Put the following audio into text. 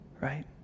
right